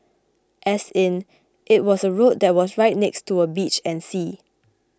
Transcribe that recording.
as in it was a road that was right next to a beach and sea